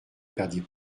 perdit